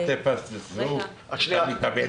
אל תפספסו את המתאבד